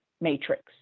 matrix